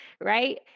right